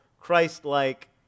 Christ-like